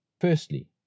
Firstly